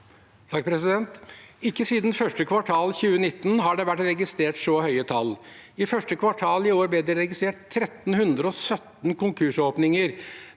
(H) Ikke siden første kvartal 2019 har det vært registrert så høye tall. I første kvartal i år ble det registrert 1 317 konkursåpninger.